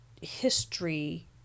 history